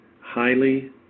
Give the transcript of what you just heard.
highly